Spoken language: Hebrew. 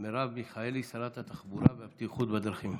מרב מיכאלי, שרת התחבורה והבטיחות בדרכים.